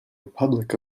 republic